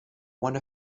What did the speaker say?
one